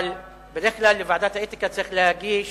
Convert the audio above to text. אבל בדרך כלל לוועדת האתיקה צריך להגיש